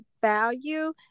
value